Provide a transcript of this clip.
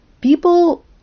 People